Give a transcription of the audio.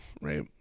right